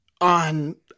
on